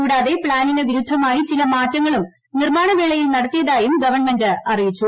കൂടാതെ ക്സാനിന് വിരുദ്ധമായി ചില മാറ്റങ്ങളും നിർമ്മാണ വേളയിൽ നടത്തിയതായും ഗവൺമെന്റ് അറിയിച്ചു